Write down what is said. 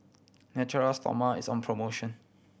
Natura Stoma is on promotion